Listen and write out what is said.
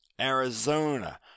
Arizona